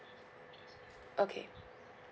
okay